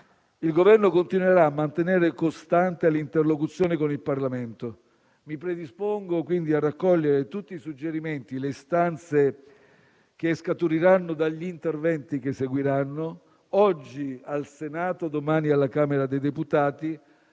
Il Governo continuerà a mantenere costante l'interlocuzione con il Parlamento. Mi predispongo quindi a raccogliere tutti i suggerimenti e le istanze che scaturiranno dagli interventi che seguiranno, oggi al Senato e domani alla Camera dei deputati,